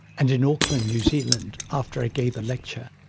and in auckland, new zealand, after i gave a lecture,